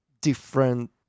different